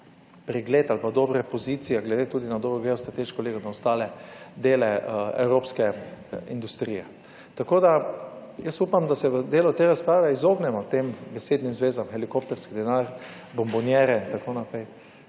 pregled ali pa dobre pozicije glede tudi na dobro / nerazumljivo/, strateško lego, na ostale dele evropske industrije. Tako da jaz upam, da se v delu te razprave izognemo tem besednim zvezam helikopterski denar, bombonjere in tako naprej.